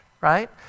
right